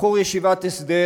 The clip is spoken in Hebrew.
בחור ישיבת הסדר,